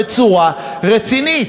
בצורה רצינית.